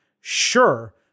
Sure